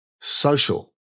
social